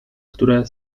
które